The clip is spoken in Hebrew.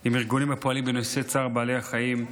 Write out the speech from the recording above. עם ארגונים הפועלים בנושא צער בעלי החיים,